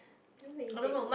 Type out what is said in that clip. don't really take